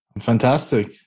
fantastic